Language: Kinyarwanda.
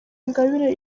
ingabire